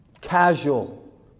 casual